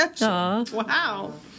wow